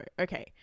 Okay